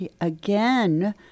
again